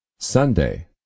Sunday